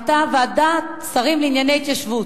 היתה ועדת שרים לענייני התיישבות.